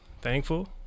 Thankful